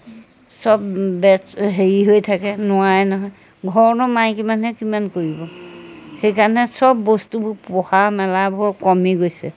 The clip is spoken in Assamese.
চব হেৰি হৈ থাকে নোৱাৰে নহয় ঘৰৰনো মাইকী মানুহে কিমান কৰিব সেইকাৰণে চব বস্তুবোৰ পোহা মেলাবোৰ কমি গৈছে